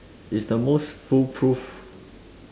is the most foolproof